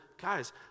guys